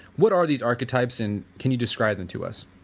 what are these archetypes and can you describe them to us?